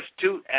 two –